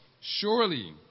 surely